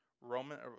Roman